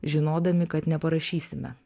žinodami kad neparašysime